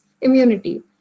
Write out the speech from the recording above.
immunity